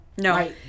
No